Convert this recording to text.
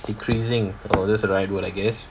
decreasing oh that's the right word I guess